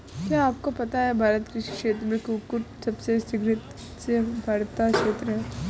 क्या आपको पता है भारत कृषि क्षेत्र में कुक्कुट सबसे शीघ्रता से उभरता क्षेत्र है?